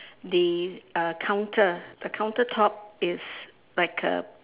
the uh counter the countertop is like a